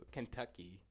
Kentucky